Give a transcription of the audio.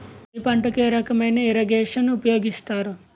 వరి పంటకు ఏ రకమైన ఇరగేషన్ ఉపయోగిస్తారు?